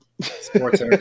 Sports